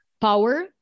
power